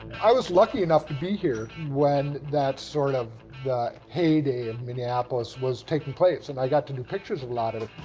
i was lucky enough to be here when that sort of, that heyday in minneapolis was taking place and i got to do pictures of a lot of